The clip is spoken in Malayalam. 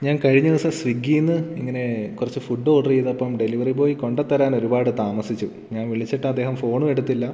ഞാൻ കഴിഞ്ഞ ദിവസം സ്വിഗ്ഗീന്ന് ഇങ്ങനെ കുറച്ച് ഫുഡ് ഓർഡർ ചെയ്തപ്പം ഡെലിവറി ബോയ് കൊണ്ടത്തെരാൻ ഒരുപാട് താമസിച്ചു ഞാൻ വിളിച്ചിട്ട് അദ്ദേഹം ഫോണും എടുത്തില്ല